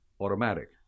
automatic